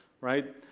right